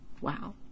Wow